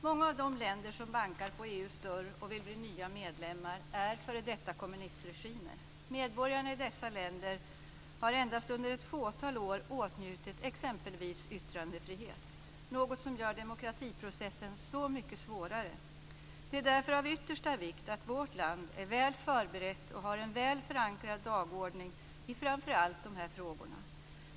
Många av de länder som bankar på EU:s dörr och vill bli nya medlemmar är f.d. kommunistregimer. Medborgarna i dessa länder har endast under ett fåtal år åtnjutit t.ex. yttrandefrihet, något som gör demokratiprocessen så mycket svårare. Det är därför av yttersta vikt att vårt land är väl förberett och har en väl förankrad dagordning i framför allt dessa frågor.